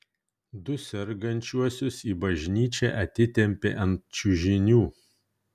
du sergančiuosius į bažnyčią atitempė ant čiužinių